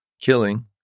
killing